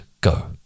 go